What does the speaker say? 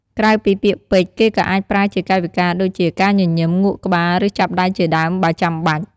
ក្រៅពីពាក្យពេចន៍ គេក៏អាចប្រើជាកាយវិការដូចជា ការញញឹម ងក់ក្បាល ឬ ចាប់ដៃជាដើម បើចាំបាច់។